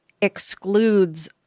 excludes